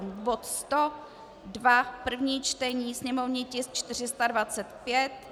Bod 102 první čtení sněmovní tisk 425.